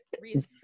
reason